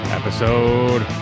episode